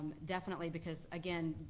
definitely because again,